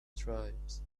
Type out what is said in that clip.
tribes